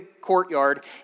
courtyard